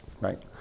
right